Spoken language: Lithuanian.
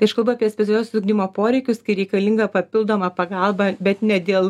tai aš kalbu apie specialiosios ugdymo poreikius kai reikalinga papildoma pagalba bet ne dėl